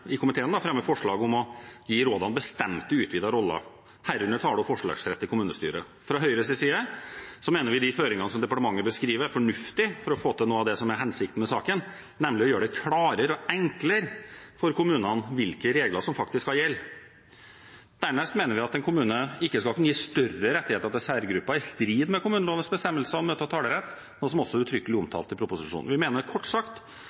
i komiteen fremmer forslag om å gi rådene bestemte utvidede roller, herunder tale- og forslagsrett i kommunestyret. Fra Høyres side mener vi de føringene som departementet beskriver, er fornuftige for å få til noe av det som er hensikten med saken, nemlig å gjøre det klarere og enklere for kommunene hvilke regler som faktisk skal gjelde. Dernest mener vi at en kommune ikke skal kunne gi større rettigheter til særgrupper i strid med kommunelovens bestemmelser om møte- og talerett, noe som også uttrykkelig er omtalt i proposisjonen. Vi mener kort sagt